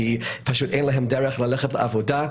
כי אין להם דרך ללכת לעבודה,